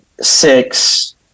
six